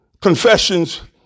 confessions